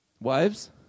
wives